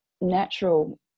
natural